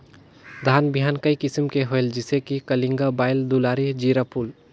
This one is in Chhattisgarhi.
धान बिहान कई किसम के होयल जिसे कि कलिंगा, बाएल दुलारी, जीराफुल?